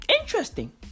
Interesting